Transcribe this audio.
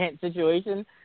situation